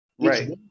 Right